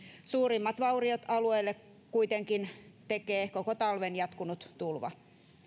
suurimmat vauriot alueelle kuitenkin tekee koko talven jatkunut tulva